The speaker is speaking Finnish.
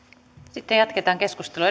sitten jatketaan keskustelua